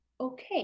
okay